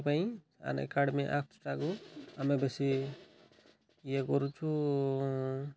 ପାଇଁ Unacademy ଆପ୍ସଟାକୁ ଆମେ ବେଶୀ ଇଏ କରୁଛୁ